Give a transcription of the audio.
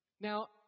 Now